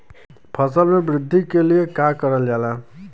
फसल मे वृद्धि के लिए का करल जाला?